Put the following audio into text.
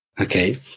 okay